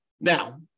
Now